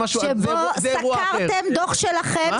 -- שבו סקרתם דוח שלכם,